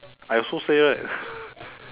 I also say right